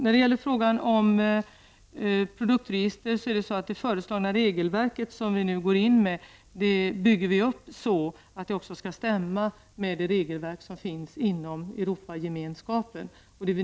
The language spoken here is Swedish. Vad gäller frågan om ett produktregister vill jag säga att det föreslagna regelverket som vi nu går in med byggs upp på ett sådant sätt att det skall överensstämma även med det regelverk som finns inom Europagemenskapen.